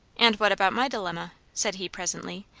and what about my dilemma? said he presently,